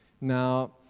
Now